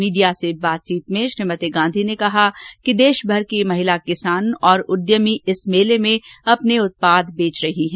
media से बातचीत में श्रीमती मेनका गांधी ने कहा कि देश भर की महिला किसान और उद्यमी इस मेले में अपने उत्पाद बेच रही हैं